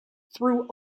through